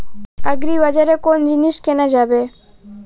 আগ্রিবাজারে কোন জিনিস কেনা যাবে?